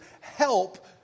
help